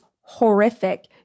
horrific